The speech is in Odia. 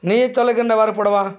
ନିଜେ ଚଲେଇକି ନେବାର୍ ପଡ଼୍ବା